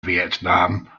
vietnam